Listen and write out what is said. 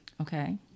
Okay